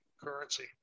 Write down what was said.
currency